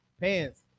pants